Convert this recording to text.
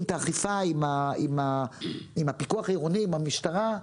את האכיפה עם הפיקוח העירוני ועם המשטרה,